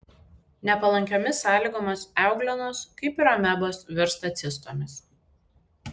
nepalankiomis sąlygomis euglenos kaip ir amebos virsta cistomis